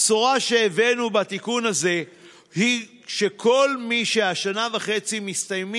הבשורה שהבאנו בתיקון הזה היא שכל מי שהשנה וחצי לגביו מסתיימת